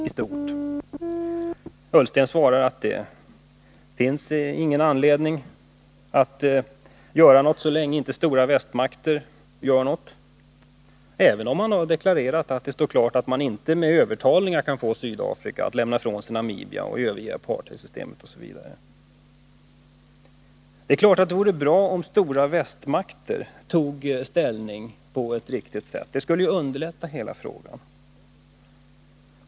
Ola Ullsten svarar att det inte finns någon anledning att göra något, så länge inte stora västmakter gör något — även om han har deklarerat att det står klart att man inte med övertalning kan få Sydafrika att lämna ifrån sig Namibia, överge apartheidsystemet osv. Det är klart att det vore bra om stora västmakter tog ställning på ett riktigt sätt. Det skulle ju underlätta hela frågan.